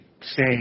say